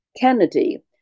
Kennedy